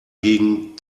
gegen